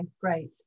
great